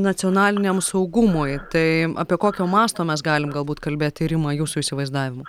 nacionaliniam saugumui tai apie kokio masto mes galim galbūt kalbėt tyrimą jūsų įsivaizdavimu